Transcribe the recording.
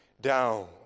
down